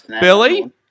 Billy